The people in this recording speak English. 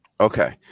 Okay